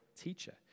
teacher